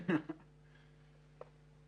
האם היה שינוי בתקופת הסגר השני?